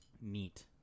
Neat